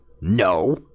no